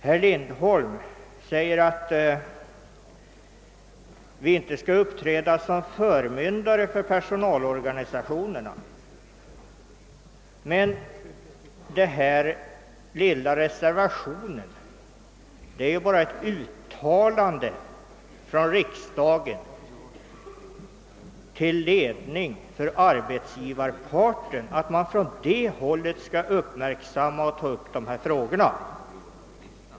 Herr Lindholm sade att vi inte skall uppträda som förmyn dare för personalorganisationerna. Men den lilla reservationen till utskottets utlåtande innebär ju bara ett uttalande från riksdagen till ledning för arbetsgivarparten att uppmärksamma och aktualisera dessa frågor.